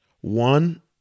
one